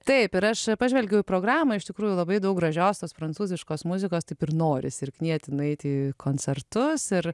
taip ir aš pažvelgiau į programą iš tikrųjų labai daug gražios tos prancūziškos muzikos taip ir norisi ir knieti nueiti į koncertus ir